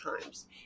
times